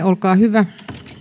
olkaa hyvä